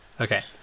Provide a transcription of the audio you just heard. Okay